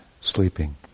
sleeping